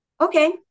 Okay